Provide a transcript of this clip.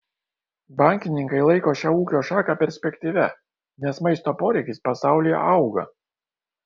bankininkai laiko šią ūkio šaką perspektyvia nes maisto poreikis pasaulyje auga